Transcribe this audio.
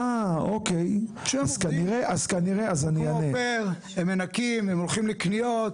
שמנקים, הולכים לקניות.